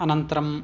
अनन्तरं